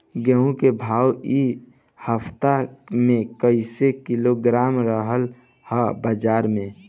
कद्दू के भाव इ हफ्ता मे कइसे किलोग्राम रहल ह बाज़ार मे?